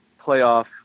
playoff